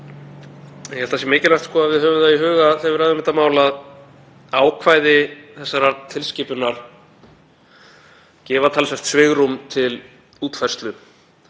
Ég held að mikilvægt sé að við höfum í huga þegar við ræðum þetta mál að ákvæði þessarar tilskipunar gefa talsvert svigrúm til útfærslu